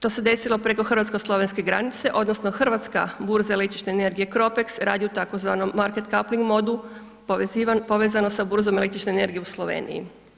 To se desilo preko Hrvatsko-slovenske granice odnosno hrvatska burza električne energije CROPEX radi u tzv. market coupling modu povezano sa burzom električne energije u Sloveniji.